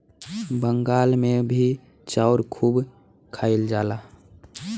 बंगाल मे भी चाउर खूब खाइल जाला